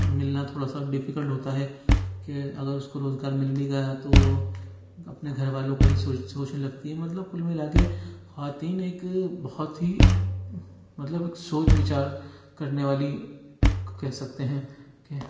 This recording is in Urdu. مِلنا تھوڑا سا ڈیفیکلٹ ہوتا ہے کہ اگر اُس کو روزگار مِل بھی گیا تو وہ اپنے گھر والوں کا ہی سوچ سوچنے لگتی ہے مطلب کُل مِلا کے خواتین ایک بہت ہی مطلب ایک سوچ وِچار کرنے والی کہہ سکتے ہیں کہ